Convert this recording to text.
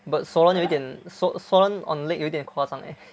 but swollen 有一点 swo~ swollen on leg 有点夸张 eh